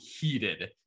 heated